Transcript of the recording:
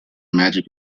magic